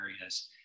areas